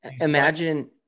Imagine